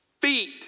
feet